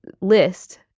list